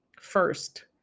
first